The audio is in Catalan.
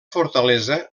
fortalesa